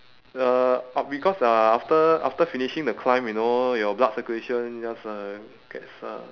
uh o~ because uh after after finishing the climb you know your blood circulation just uh gets uh